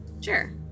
Sure